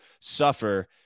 suffer